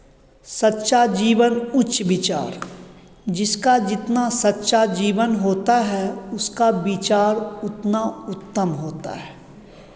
सच्चा जीवन उच्च विचार जिसका जितना सच्चा जीवन होता है उसका विचार उतना उत्तम होता है